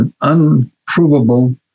unprovable